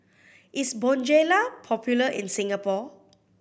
is Bonjela popular in Singapore